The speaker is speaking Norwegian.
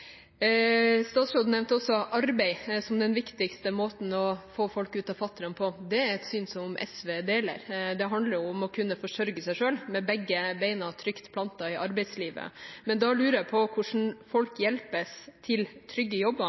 Statsråden nevnte også arbeid som den viktigste måten å få folk ut av fattigdom på. Det er et syn som SV deler. Det handler om å kunne forsørge seg selv, med begge beina trygt plantet i arbeidslivet. Men da lurer jeg på hvordan folk hjelpes til trygge